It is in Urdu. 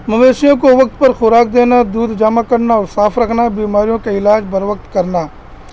مویشیوں کو وقت پر خوراک دینا دودھ جامع کرنا اور صاف رکھنا بیماریوں کے علاج بر وقت کرنا